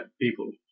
people